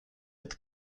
with